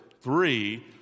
three